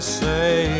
say